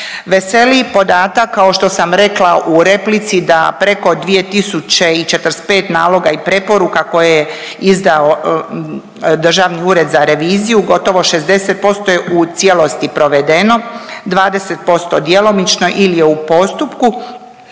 Veseli podatak kao što sam rekla u replici da preko 2045 naloga i preporuka koje je izdao Državni ured za reviziju gotovo 60% je u cijelosti provedeno, 20% djelomično ili je u postupku